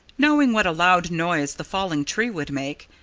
knowing what a loud noise the falling tree would make,